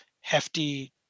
hefty